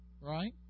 Right